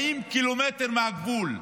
40 קילומטר מהגבול.